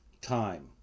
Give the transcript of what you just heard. time